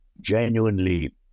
genuinely